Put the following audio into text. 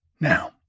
Now